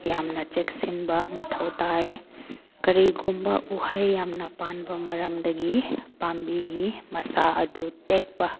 ꯌꯥꯝꯅ ꯆꯦꯛꯁꯤꯟꯕ ꯃꯊꯧ ꯇꯥꯏ ꯀꯔꯤꯒꯨꯝꯕ ꯎꯍꯩ ꯌꯥꯝꯅ ꯄꯥꯟꯕ ꯃꯔꯝꯗꯒꯤ ꯄꯥꯝꯕꯤꯒꯤ ꯃꯁꯥ ꯑꯗꯨ ꯇꯦꯛꯄ